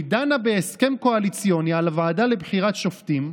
היא דנה בהסכם קואליציוני על הוועדה לבחירת שופטים,